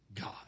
God